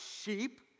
sheep